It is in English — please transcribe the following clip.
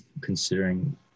considering